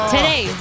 Today